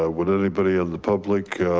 ah would anybody on the public,